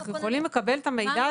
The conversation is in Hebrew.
אנחנו יכולים לקבל את המידע ממד"א.